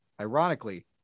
ironically